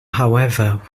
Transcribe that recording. however